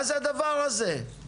מה זה הדבר הזה?